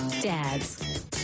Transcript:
Dads